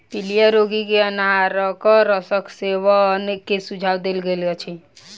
पीलिया रोगी के अनारक रसक सेवन के सुझाव देल गेल अछि